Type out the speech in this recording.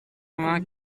vingt